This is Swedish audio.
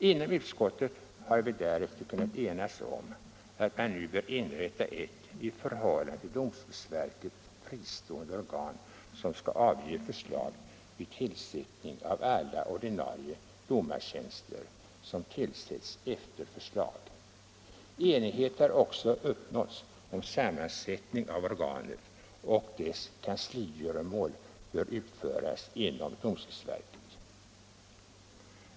Inom utskottet har vi därefter kunnat enas om att man nu bör inrätta ett i förhållande till domstolsverket fristående organ som skall avge förslag vid tillsättning av alla ordinarie domartjänster som tillsätts efter förslag. Enighet har också uppnåtts om sammansättningen av organet och om att dess kansligöromål bör utföras inom domstolsverket.